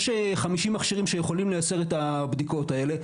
יש 50 מכשירים שיכולים לייצר את הבדיקות האלה,